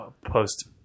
post